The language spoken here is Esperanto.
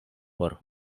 por